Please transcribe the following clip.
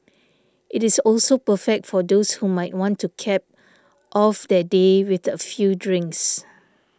it is also perfect for those who might want to cap off their day with a few drinks